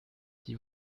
die